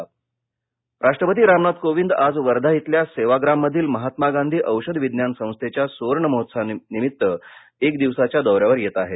राष्टपती राष्ट्रपती रामनाथ कोविंद आज वर्धा इथल्या सेवाग्राम मधील महात्मा गांधी औषध विज्ञान संस्थेच्या सुवर्ण महोत्सवानिमित्त एक दिवसाच्या दौऱ्यावर येत आहेत